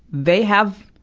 they have,